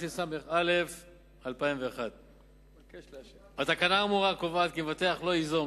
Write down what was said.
התשס"א 2001. התקנה האמורה קובעת כי מבטח לא ייזום,